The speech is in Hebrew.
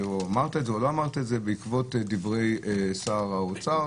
בעקבות דברי שר האוצר,